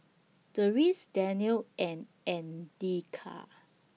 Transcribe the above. Deris Daniel and Andika